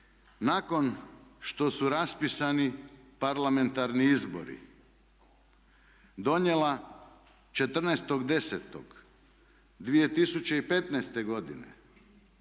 nakon što su raspisani parlamentarni izbori donijela 14.10.2015.uredbu